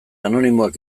anonimoak